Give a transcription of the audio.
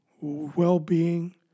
well-being